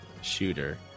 shooter